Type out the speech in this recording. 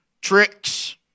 tricks